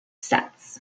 sets